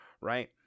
right